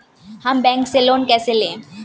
हम बैंक से लोन कैसे लें?